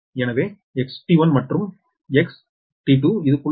எனவே XT1 மற்றும் XT2 இது 0